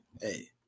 hey